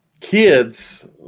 kids